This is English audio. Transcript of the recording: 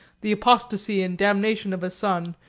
the apostasy and damnation of a son,